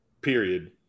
period